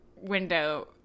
window